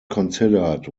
considered